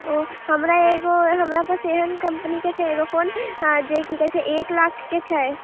ओ हमरा एगो हमरा पास एहन कम्पनीके छै एगो फोन आ जे की कहैत छै एक लाख के छै